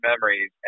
memories